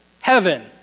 heaven